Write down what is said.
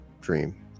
dream